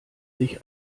sich